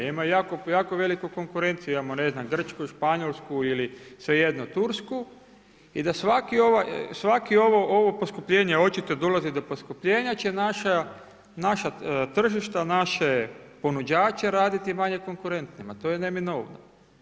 Imamo jako veliku konkurenciju, imamo Grčku i Španjolsku ili svejedno Tursku i da svako ovo poskupljenje očito dolazi do poskupljenja će naša tržišta, naše ponuđače raditi manje konkurentnima, to je neminovno.